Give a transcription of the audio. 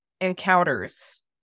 encounters